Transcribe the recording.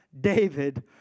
David